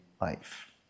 life